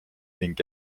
ning